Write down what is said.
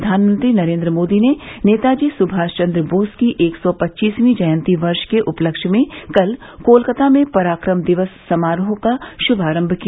प्रधानमंत्री नरेंद्र मोदी ने नेताजी सुभाष चंद्र बोस की एक सौ पच्चीसवीं जयंती वर्ष के उपलक्ष्य में कल कोलकाता में पराक्रम दिवस समारोह का श्भारम्भ किया